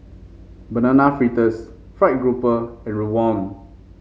Banana Fritters fried grouper and Rawon